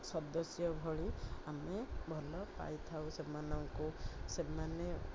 ସଦସ୍ୟ ଭଳି ଆମେ ଭଲ ପାଇଥାଉ ସେମାନଙ୍କୁ ସେମାନେ